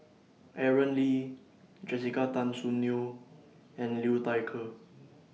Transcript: Aaron Lee Jessica Tan Soon Neo and Liu Thai Ker